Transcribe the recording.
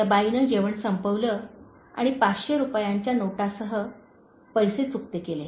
त्या बाईने जेवण संपवले आणि पाचशे रुपयांच्या नोटासह पैसे चुकते केले